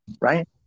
right